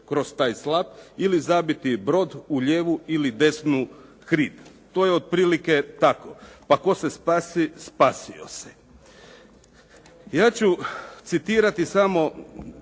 tko se spasi